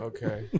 Okay